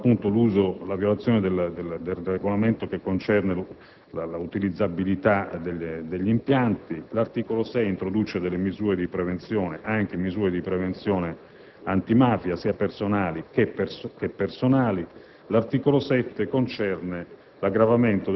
riguarda la violazione del regolamento sull'utilizzabilità degli impianti. L'articolo 6 introduce misure di prevenzione (anche misure di prevenzione antimafia ) sia personali che patrimoniali. L'articolo 7 concerne